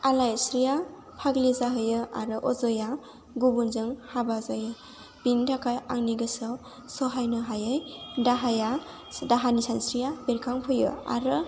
आलायस्रिया फाग्लि जाहैयो आरो अजया गुबुनजों हाबा जायो बिनि थाखाय आंनि गोसोआव सहायनो हायै दाहाया दाहानि सानस्रिया बेरखां फैयो आरो